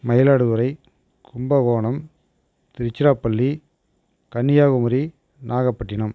Mayiladuthurai Kumbakonam Tiruchirappalli Kanyakumari Nagapattinam